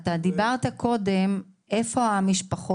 אתה דיברת קודם על המשפחות